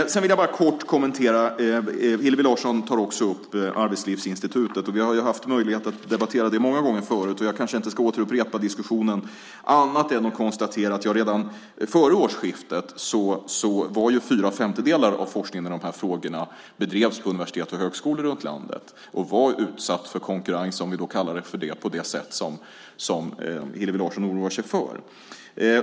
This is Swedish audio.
Sedan vill jag bara kort kommentera att Hillevi Larsson också tar upp Arbetslivsinstitutet. Vi har ju haft möjlighet att debattera det många gånger förut, och jag kanske inte ska upprepa diskussionen annat än att konstatera att redan före årsskiftet bedrevs ju fyra femtedelar av forskningen i de här frågorna på universitet och högskolor runt om i landet. Den var utsatt för konkurrens, om vi kallar det för det, på det sätt som Hillevi Larsson oroar sig för.